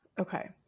Okay